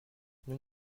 nous